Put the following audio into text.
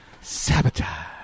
Sabotage